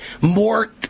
more